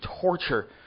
torture